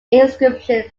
inscription